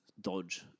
dodge